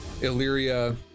Illyria